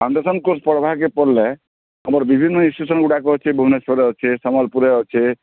foundation course ପଢ଼ବାକେ ପଡ଼ଲେ ଆମର ବିଭିନ୍ନ ଇନଷ୍ଟିଚ୍ୟୁସନ୍ ଗୁଡ଼ାକ ଭୁବନେଶ୍ୱରରେ ଅଛେ କେ ସମ୍ୱଲପୁର୍ରେ ଅଛେ